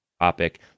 topic